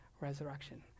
resurrection